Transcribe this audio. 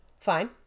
Fine